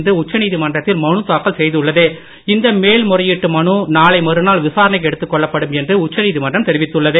இந்த உச்சநீதிமன்றத்தில் மனுதாக்கல் இன்று மேல்முறையீட்டு மனு நாளை மறுநாள் விசாரணைக்கு எடுத்துக் கொள்ளப்படும் என்று உச்சநீதிமன்றம் தெரிவித்துள்ளது